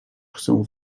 chcę